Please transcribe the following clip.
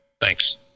thanks